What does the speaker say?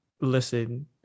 listen